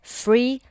free